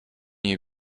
you